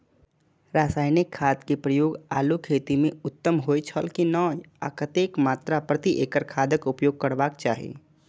रासायनिक खाद के प्रयोग आलू खेती में उत्तम होय छल की नेय आ कतेक मात्रा प्रति एकड़ खादक उपयोग करबाक चाहि?